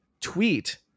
tweet